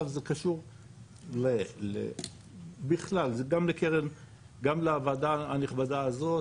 זה קשור בכלל זה גם לוועדה הנכבדה הזאת,